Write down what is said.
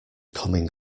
coming